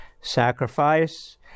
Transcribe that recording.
sacrifice